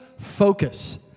focus